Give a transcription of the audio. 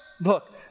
Look